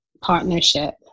partnership